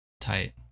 tight